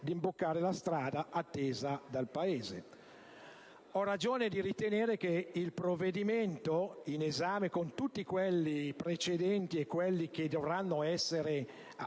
d'imboccare la strada attesa dal Paese. Ho ragione di ritenere che il provvedimento in esame, come tutti i precedenti e quelli che dovranno essere